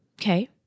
Okay